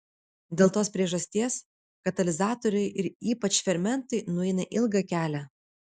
dėl tos priežasties katalizatoriai ir ypač fermentai nueina ilgą kelią